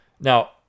Now